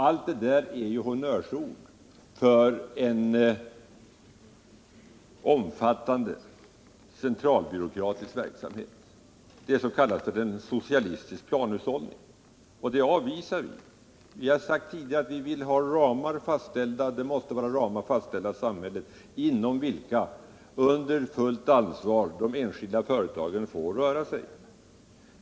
Allt det där är ju honnörsord för en omfattande centralbyråkratisk verksamhet, det som i själva verket är socialistisk planhushållning — och den avvisar vi. Vi har tidigare sagt att samhället måste fastställa ramar inom vilka de enskilda företagen får röra sig under fullt ansvar.